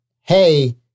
hey